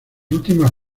últimas